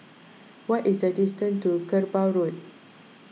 what is the distance to Kerbau Road